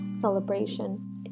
celebration